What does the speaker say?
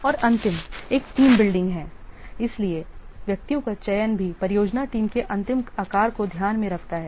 और अंतिम एक टीम बिल्डिंग है इसलिए व्यक्तियों का चयन भी परियोजना टीम के अंतिम आकार को ध्यान में रखता है